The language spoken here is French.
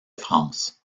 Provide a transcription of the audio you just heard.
france